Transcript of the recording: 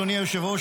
אדוני היושב-ראש,